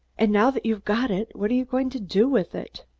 and now that you've got it, what are you going to do with it?